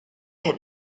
hit